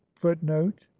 footnote